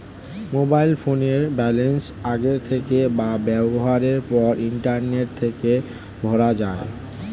mobile ফোনের balance আগের থেকে বা ব্যবহারের পর ইন্টারনেট থেকে ভরা যায়